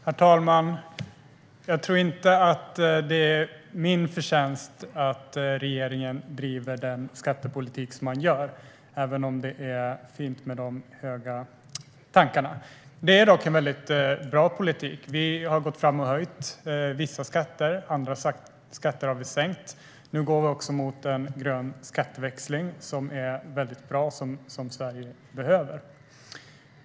Herr talman! Jag tror inte att det är min förtjänst att regeringen driver den skattepolitik som man gör, även om det är fint med de höga tankarna. Det är dock en väldigt bra politik. Vi har höjt vissa skatter, andra skatter har vi sänkt. Nu går vi också mot en grön skatteväxling, som är bra och som Sverige behöver.